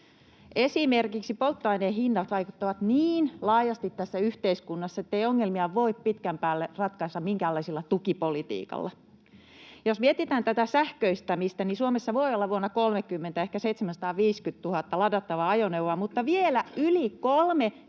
Esimerkiksi polttoaineen hinnat vaikuttavat niin laajasti tässä yhteiskunnassa, ettei ongelmia voi pitkän päälle ratkaista minkäänlaisella tukipolitiikalla. Jos mietitään tätä sähköistämistä, niin Suomessa voi olla vuonna 30 ehkä 750 000 ladattavaa ajoneuvoa, mutta vielä on yli